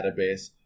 database